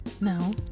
No